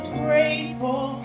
grateful